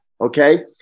Okay